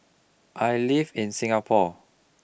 I live in Singapore